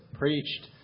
preached